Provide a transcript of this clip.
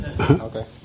Okay